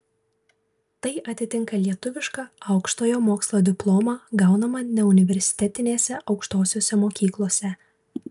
tai atitinka lietuvišką aukštojo mokslo diplomą gaunamą neuniversitetinėse aukštosiose mokyklose